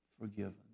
forgiven